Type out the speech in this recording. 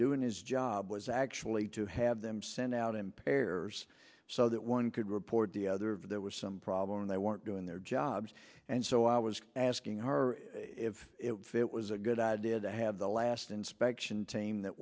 doing his job was actually to have them sent out in pairs so that one could report the other there was some problem they weren't doing their jobs and so i was asking her if it was a good idea to have the last inspection team that